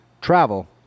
travel